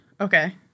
Okay